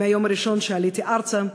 מהיום הראשון שעליתי ארצה.